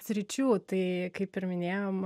sričių tai kaip ir minėjom